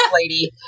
lady